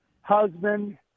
husband